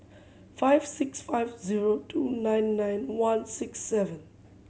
five six five zero two nine nine one six seven